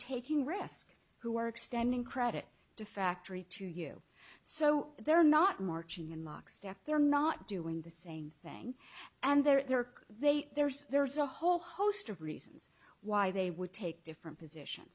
risk who are extending credit to factory to you so they're not marching in lockstep they're not doing the same thing and there are they there's there's a whole host of reasons why they would take different position